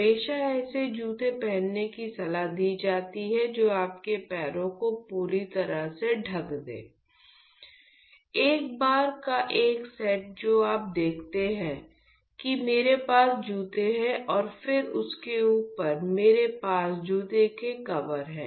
हमेशा ऐसे जूते पहनने की सलाह दी जाती है जो आपके पैरों को पूरी तरह से ढक दें एक बार का एक सेट जो आप देखते हैं कि मेरे पास जूते हैं और फिर उसके ऊपर हमारे पास जूते के कवर हैं